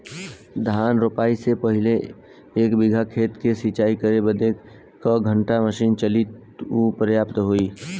धान रोपाई से पहिले एक बिघा खेत के सिंचाई करे बदे क घंटा मशीन चली तू पर्याप्त होई?